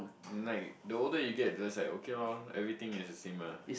like the older you get this right okay lor everything is the same ah